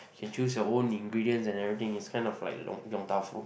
can choose your own ingredients and everything it's kind of like Yong-Tau-Foo